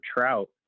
trout